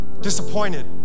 disappointed